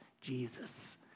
Jesus